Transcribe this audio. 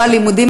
לא הלימודים,